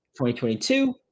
2022